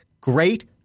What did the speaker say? great